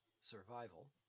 survival